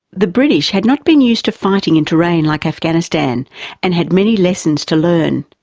the british had not been used to fighting in terrain like afghanistan and had many lessons to learn.